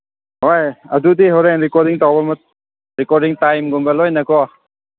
ꯍꯣꯏ ꯑꯗꯨꯗꯤ ꯍꯣꯔꯦꯟ ꯔꯦꯀꯣꯔꯗꯤꯡ ꯇꯧꯕ ꯔꯦꯀꯣꯔꯗꯤꯡ ꯇꯥꯏꯝꯒꯨꯝꯕ ꯂꯣꯏꯅꯀꯣ